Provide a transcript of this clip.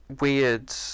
weird